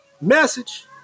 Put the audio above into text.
Message